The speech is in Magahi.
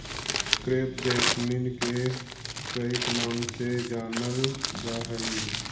क्रेप जैसमिन के कईक नाम से जानलजा हइ